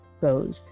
goes